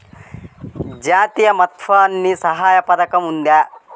జాతీయ మాతృత్వ సహాయ పథకం ఉందా?